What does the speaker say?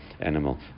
animal